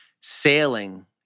sailing